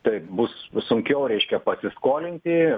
taip bus sunkiau reiškia pasiskolinti